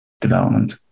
development